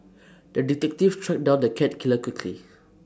the detective tracked down the cat killer quickly